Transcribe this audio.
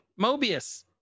Mobius